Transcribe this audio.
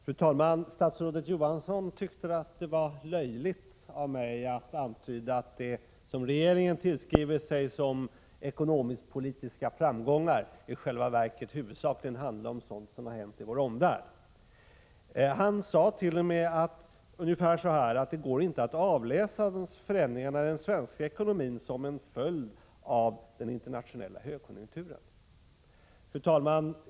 Fru talman! Statsrådet Johansson tyckte att det var löjligt av mig att antyda att det som regeringen tillskriver sig som ekonomisk-politiska framgångar i själva verket huvudsakligen handlar om sådant som hänt i vår omvärld. Han sade t.o.m. ungefär så här: Det går inte att avläsa förändringarna i den svenska ekonomin som en följd av den internationella högkonjunkturen. Fru talman!